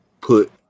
put